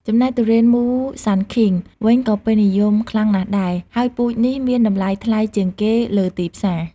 ចំណែកទុរេនមូសាន់ឃីង វិញក៏ពេញនិយមខ្លាំងណាស់ដែរ ហើយពូជនេះមានតម្លៃថ្លៃជាងគេលើទីផ្សារ។